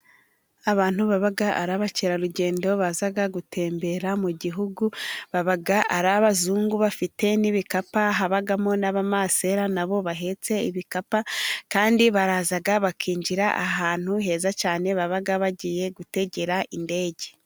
Abantu baba ari abakerarugendo baza gutembera mu gihugu baba ari abazungu bafite n'ibikapu, habamo n'abamasera na bo bahetse ibikapu kandi baraza bakinjira ahantu heza cyane, baba bagiye gutegera indege.